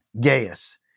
Gaius